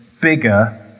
bigger